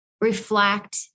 reflect